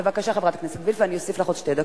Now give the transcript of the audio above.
בבקשה, חברת הכנסת וילף, ואוסיף לך עוד שתי דקות.